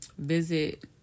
Visit